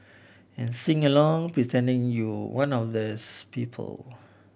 and sing along pretending you one of these people